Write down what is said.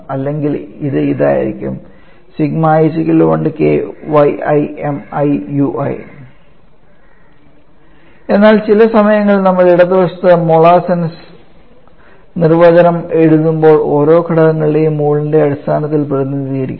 അതിനാൽ ഇത് ഇതായിരിക്കും എന്നാൽ ചില സമയങ്ങളിൽ നമ്മൾ ഇടതുവശത്ത് മോളാർ സെൻസ് നിർവചനം എഴുതുമ്പോൾ ഓരോ ഘടകങ്ങളും മോളിന്റെ അടിസ്ഥാനത്തിൽ പ്രതിനിധീകരിക്കണം